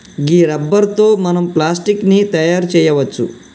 గీ రబ్బరు తో మనం ప్లాస్టిక్ ని తయారు చేయవచ్చు